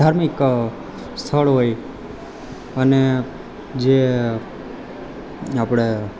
ધાર્મિક સ્થળ હોય અને જે આપણે